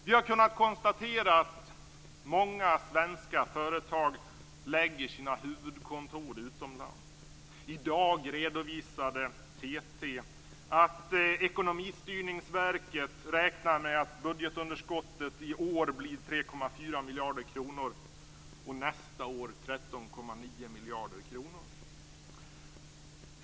Vi har kunnat konstatera att många svenska företag lägger sina huvudkontor utomlands. I dag redovisade TT att Ekonomistyrningsverket räknar med att budgetunderskottet i år blir 3,4 miljarder kronor och nästa år 13,9 miljarder kronor.